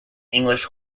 english